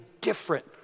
different